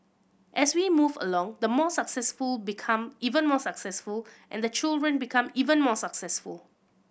as we move along the more successful become even more successful and the children become even more successful